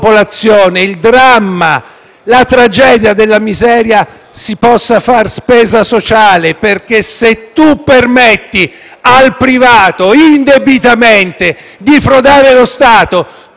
la tragedia della miseria, si possa far spesa sociale, perché se si permette al privato indebitamente di frodare lo Stato, non solo si sta frodando lo Stato,